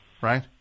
Right